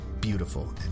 beautiful